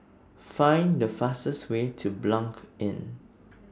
Find The fastest Way to Blanc Inn